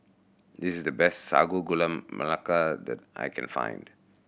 this is the best Sago Gula Melaka that I can find